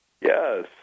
Yes